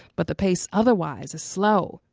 but the pace otherwise, is slow.